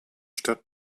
stadt